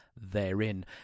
therein